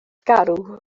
garw